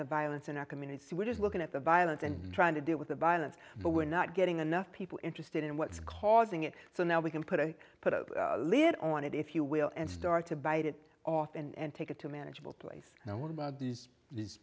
the violence in our community which is looking at the violence and trying to deal with the violence but we're not getting enough people interested in what's causing it so now we can put a put a lid on it if you will and start to bite it off and take it to a manageable place now what about these